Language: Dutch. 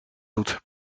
doet